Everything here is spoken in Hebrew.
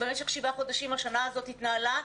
במשך שבעה חודשים השנה הזאת התנהלה,